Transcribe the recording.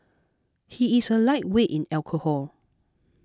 he is a lightweight in alcohol